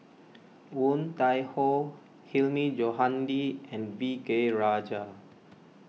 Woon Tai Ho Hilmi Johandi and V K Rajah